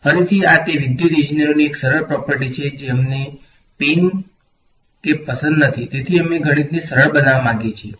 ફરીથી આ તે વિદ્યુત ઇજનેરોની એક સરળ પ્રોપર્ટી છે જે અમને પેઈન પસંદ નથી તેથી અમે ગણિતને સરળ બનાવવા માંગીએ છીએ